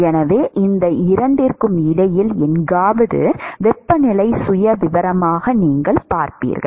எனவே இந்த இரண்டிற்கும் இடையில் எங்காவது வெப்பநிலை சுயவிவரமாக நீங்கள் பார்ப்பீர்கள்